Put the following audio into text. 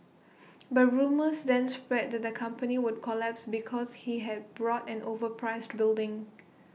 but rumours then spread that the company would collapse because he had bought an overpriced building